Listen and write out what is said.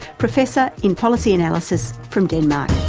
professor in policy analysis from denmark.